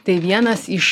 tai vienas iš